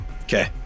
Okay